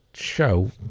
show